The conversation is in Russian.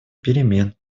перемен